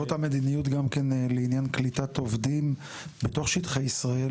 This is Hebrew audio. זו אותה מדיניות גם כן לעניין קליטת עובדים בתוך שטחי ישראל,